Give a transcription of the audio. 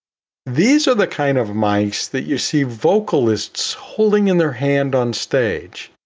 these are the kind of mice that you see vocalists holding in their hand on stage.